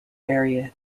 area